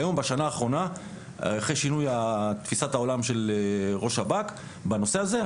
בשנה האחרונה אחרי שינוי תפיסת העולם של ראש שב"כ בנושא הזה,